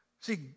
See